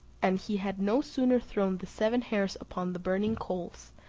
and he had no sooner thrown the seven hairs upon the burning coals,